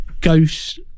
ghost